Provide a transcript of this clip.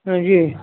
ਹਾਂਜੀ